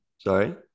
Sorry